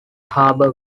harbour